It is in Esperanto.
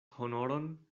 honoron